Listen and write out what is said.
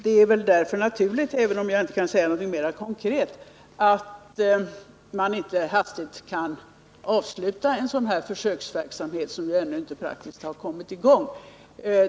Det är väl därför naturligt — även om jag nu inte kan säga någonting mera konkret — att man inte hastigt kan avsluta en sådan försöksverksamhet, särskilt som den ju ännu inte praktiskt har kommit i gång.